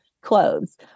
clothes